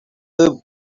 the